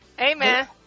Amen